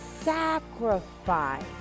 sacrifice